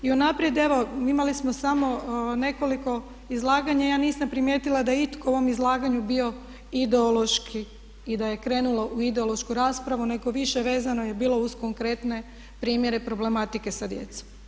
I unaprijed evo imali smo samo nekoliko izlaganja i ja nisam primijetila da je itko u ovom izlaganju bio ideološki i da je krenulo u ideološku raspravu nego više vezano je bilo uz konkretne primjere problematike sa djecom.